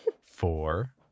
four